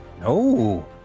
No